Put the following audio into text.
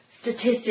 statistics